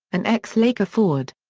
an ex-laker forward.